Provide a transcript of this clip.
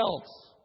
else